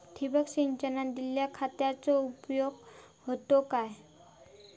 ठिबक सिंचनान दिल्या खतांचो उपयोग होता काय?